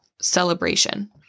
celebration